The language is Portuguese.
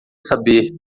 saber